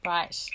Right